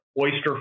oyster